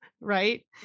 Right